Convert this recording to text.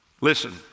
listen